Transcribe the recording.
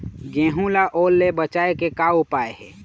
गेहूं ला ओल ले बचाए के का उपाय हे?